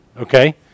Okay